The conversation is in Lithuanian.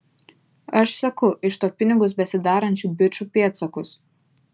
aš seku iš to pinigus besidarančių bičų pėdsakus